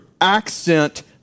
accent